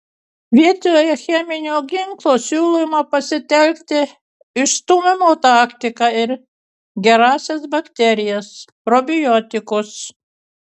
vietoj cheminio ginklo siūloma pasitelkti išstūmimo taktiką ir gerąsias bakterijas probiotikus